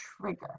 trigger